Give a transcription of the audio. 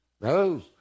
No